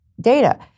data